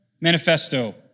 Manifesto